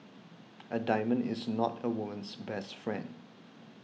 a diamond is not a woman's best friend